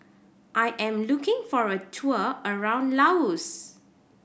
I am looking for a tour around Laos